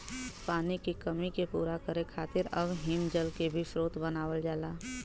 पानी के कमी के पूरा करे खातिर अब हिमजल के भी स्रोत बनावल जाला